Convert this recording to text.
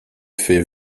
fait